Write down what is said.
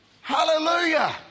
Hallelujah